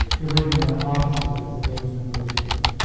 believing that an officer is a voting member of the board.